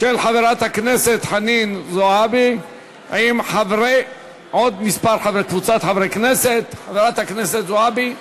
להצעה לסדר-היום ולהעביר את הנושא לוועדת הפנים והגנת הסביבה נתקבלה.